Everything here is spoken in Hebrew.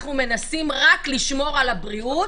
ואנחנו מנסים רק לשמור על הבריאות,